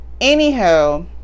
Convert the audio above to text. anyhow